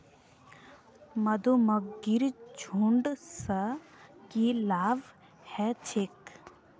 मधुमक्खीर झुंड स की लाभ ह छेक